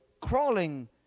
crawling